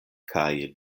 kaj